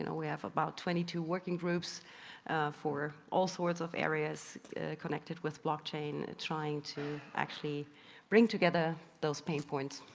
and we have about twenty two working groups for all sorts of areas connected with blockchain trying to actually bring together those pinpoints.